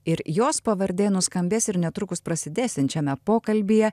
ir jos pavardė nuskambės ir netrukus prasidėsiančiame pokalbyje